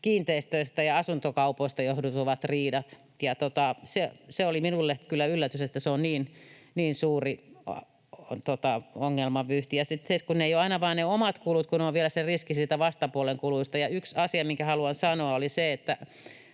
kiinteistöistä ja asuntokaupoista johtuvat riidat, ja se oli minulle kyllä yllätys, että se on niin suuri ongelmavyyhti. Ja sitten kun ne eivät ole aina vain ne omat kulut, kun on vielä se riski niistä vastapuolen kuluista. Yksi asia, minkä haluan sanoa, on se,